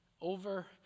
Over